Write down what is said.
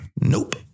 Nope